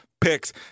picks